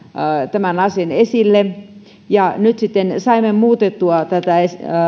tämän asian esille ja nyt sitten saimme muutettua tätä